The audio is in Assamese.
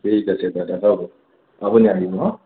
ঠিক আছে দাদা হ'ব আপুনি আহিব হা